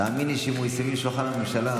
תאמין לי שאם הוא יחזור לשולחן הממשלה,